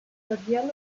jagiełło